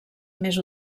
més